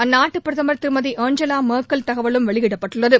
அந்நாட்டு பிரதமர் திருமதி ஏஞ்சவா மெர்கலின் தகவலும் வெளியிடப்பட்டுள்ளது